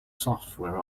software